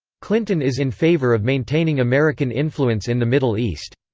clinton is in favor of maintaining american influence in the middle east.